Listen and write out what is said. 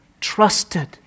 trusted